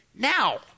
Now